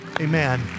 Amen